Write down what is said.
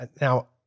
Now